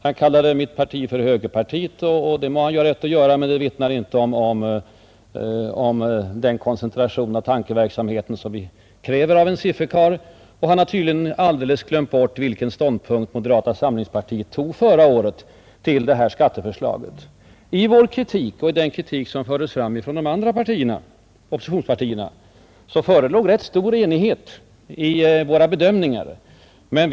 Han kallade mitt parti för högerpartiet, och det må han ju ha rätt att göra, men det vittnar inte om den koncentration av tankeverksamheten som vi kräver av en sifferkarl. Han har vidare tydligen glömt bort vilken ståndpunkt moderata samlingspartiet intog i skattefrågan förra året. I den kritik som fördes fram av vårt parti och de andra oppositionspartierna förelåg rätt stor enighet i bedömningarna.